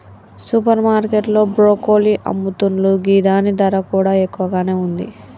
super market లో broccoli అమ్ముతున్లు గిదాని ధర కూడా ఎక్కువగానే ఉంది